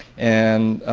and